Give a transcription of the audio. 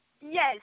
Yes